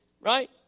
Right